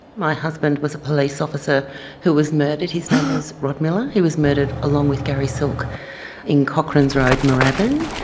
my husband was a police officer who was murdered, his name was rod miller, he was murdered along with gary silk in cochranes road, moorabbin.